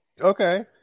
Okay